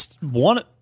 one